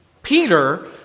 Peter